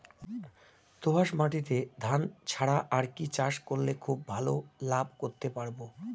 দোয়াস মাটিতে ধান ছাড়া আর কি চাষ করলে খুব ভাল লাভ করতে পারব?